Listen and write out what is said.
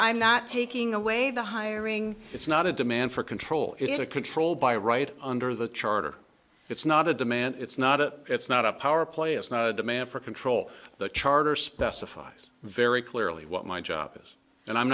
i'm not taking away the hiring it's not a demand for control it's a control by right under the charter it's not a demand it's not a it's not a power play it's not a demand for control the charter specifies very clearly what my job is and i'm